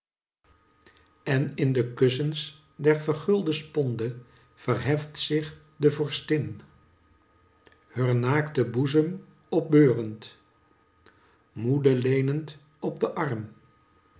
en in de kussens der vergulde sponde verheft zich de vorstin heur naakten boezem opbeurend moede lenend op den arm